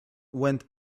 went